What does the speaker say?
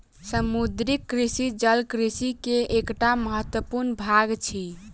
समुद्रीय कृषि जल कृषि के एकटा महत्वपूर्ण भाग अछि